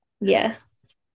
Yes